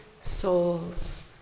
souls